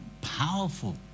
powerful